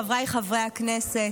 חבריי חברי הכנסת,